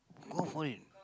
go for it